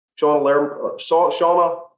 Shauna